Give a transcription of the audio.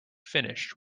finished